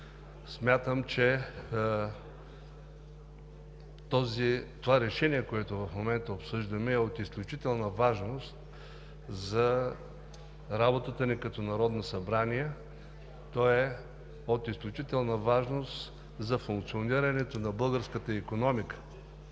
Смятам, че това решение, което в момента обсъждаме, е от изключителна важност за работата ни като Народно събрание. То е от изключителна важност за функционирането на българската икономика,